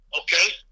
okay